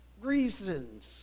reasons